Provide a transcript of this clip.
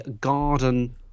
garden